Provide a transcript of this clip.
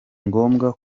ngombwa